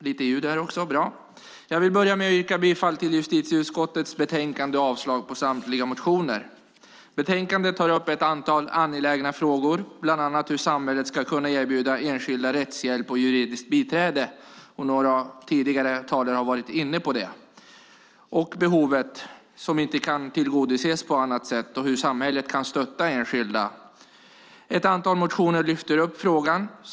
Fru talman! Jag vill börja med att yrka bifall till justitieutskottets förslag i betänkandet och avslag på samtliga motioner. Betänkandet tar upp ett antal angelägna frågor, bland annat hur samhället ska kunna erbjuda enskilda rättshjälp och juridiskt biträde - några tidigare talare har varit inne på det - när behovet inte kan tillgodoses på annat sätt samt hur samhället kan stötta enskilda. Ett antal motioner lyfter upp frågan.